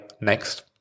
next